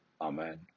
Amen